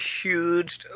huge